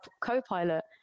Copilot